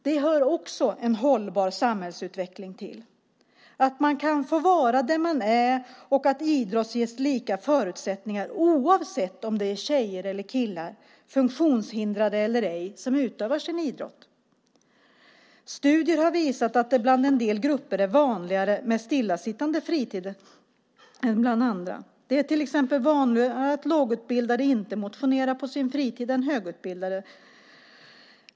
Det hör också en hållbar samhällsutveckling till. Det handlar om att man kan få vara den man är och att idrott ges lika förutsättningar oavsett om det är tjejer eller killar, funktionshindrade eller ej som utövar sin idrott. Studier har visat att det bland en del grupper är vanligare med stillasittande fritid än bland andra. Det är till exempelvis vanligare att lågutbildade inte motionerar på sin fritid än högutbildade.